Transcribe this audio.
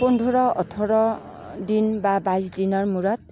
পোন্ধৰ ওঠৰ দিন বা বাইছ দিনৰ মূৰত